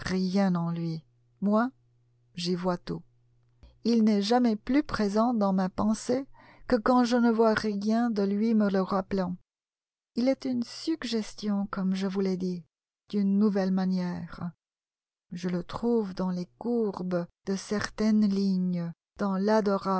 rien en lui moi j'y vois tout il n'est jamais plus présent dans ma pensée que quand je ne vois rien de lui me le rappelant il est une suggestion comme je vous l'ai dit d'une nouvelle manière je le trouve dans les courbes de certaines lignes dans